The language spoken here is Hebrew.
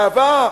באהבה,